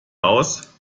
aus